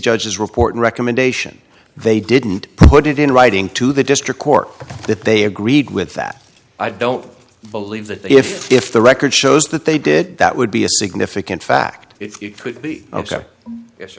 judges report recommendation they didn't put it in writing to the district court that they agreed with that i don't believe that if if the record shows that they did that would be a significant fact it could be ok